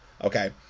okay